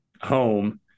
home